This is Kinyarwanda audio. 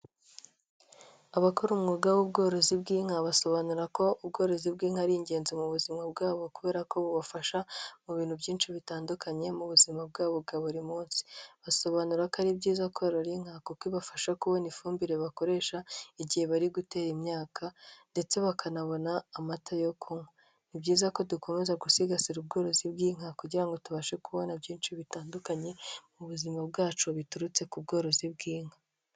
Abakora umwuga w'ubworozi bw'inka, basobanura ko ubworozi bw'inka ari ingenzi mu buzima bwabo kubera ko bubafasha mu bintu byinshi bitandukanye mu buzima bwabo bwa buri munsi, basobanura ko ari byiza korora inka kuko ibafasha kubona ifumbire bakoresha igihe bari gutera imyaka ndetse bakanabona amata yo kunywa. Ni byiza ko dukomeza gusigasira ubworozi bw'inka kugira ngo tubashe kubona byinshi bitandukanye mu buzima bwacu biturutse ku bworozi bw'inka.